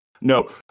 No